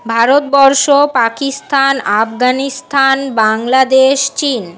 ভারতবর্ষ পাকিস্তান আফগানিস্থান বাংলাদেশ চীন